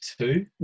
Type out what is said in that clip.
two